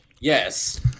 Yes